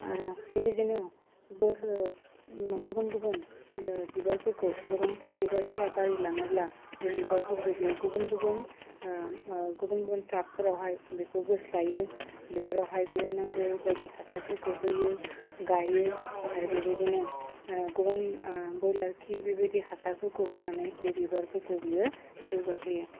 आरो बेबायदिनो बोसोर गुबुन गुबुन बिबारफोरखौ गोबांथार बिबारफ्रा बारायलाङोब्ला बे बिबारफोरखौ बियो गुबुन गुबुन गुबुन गुबुन टाबफोरावहाय बेखौ बोस्लायो बेफोरावहाय बेयो नांगौ बादि हासारफोरखौ होयो गाइयो आरो बेबायदिनो गुबुन बयलार खि बेबायदि हासारफोरखौ होनानै बे बिबारफोरखौ बियो जौगाहोयो